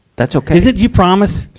that's okay. is it, you promise?